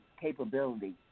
capability